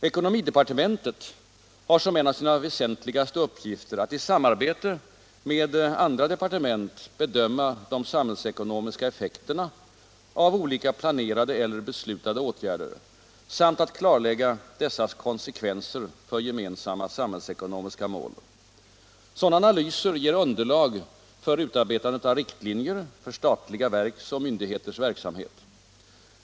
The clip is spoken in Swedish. Ekonomidepartementet har som en av sina väsentligaste uppgifter att i samarbete med andra departement bedöma de samhällsekonomiska effekterna av olika planerade eller beslutade åtgärder samt att klarlägga dessas konsekvenser för gemensamma samhällsekonomiska mål. Sådana analyser ger underlag för utarbetandet av riktlinjer för statliga verks och myndigheters verksamhet.